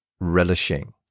relishing